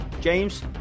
James